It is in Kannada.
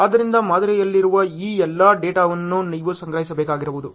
ಆದ್ದರಿಂದ ಮಾದರಿಯಲ್ಲಿರುವ ಈ ಎಲ್ಲಾ ಡೇಟಾವನ್ನು ನೀವು ಸಂಗ್ರಹಿಸಬೇಕಾಗಿರುವುದು